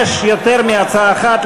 יש יותר מהצעה אחת,